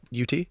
UT